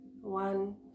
One